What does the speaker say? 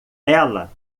ela